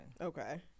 Okay